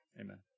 Amen